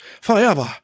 forever